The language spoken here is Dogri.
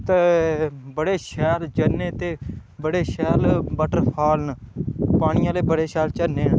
बड़े शैल झरने ते बड़े शैल वॉटरफाल न पानी आह्ले बड़े शैल झरने न